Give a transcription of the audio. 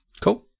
Cool